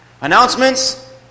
Announcements